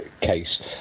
case